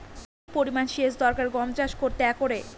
কি পরিমান সেচ দরকার গম চাষ করতে একরে?